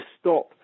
stop